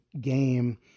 game